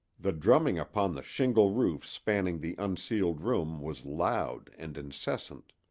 the drumming upon the shingle roof spanning the unceiled room was loud and incessant.